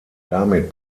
damit